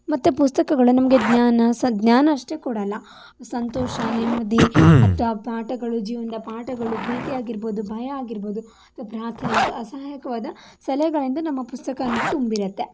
ಮತ್ತು ಪುಸ್ತಕಗಳು ನಮಗೆ ಜ್ಞಾನ ಸಹ ಜ್ಞಾನ ಅಷ್ಟೇ ಕೊಡೋಲ್ಲ ಸಂತೋಷ ನೆಮ್ಮದಿ ಅಥವಾ ಪಾಠಗಳು ಜೀವನದ ಪಾಠಗಳು ಪ್ರೀತಿ ಆಗಿ ಇರ್ಬೋದು ಭಯ ಆಗಿರ್ಬೋದು ಪ್ರಾರ್ಥನೆ ಮತ್ತು ಅಸಹಾಯಕವಾದ ಸಲಹೆಗಳಿಂದ ನಮ್ಮ ಪುಸ್ತಕ ಅಂತೂ ತುಂಬಿರುತ್ತೆ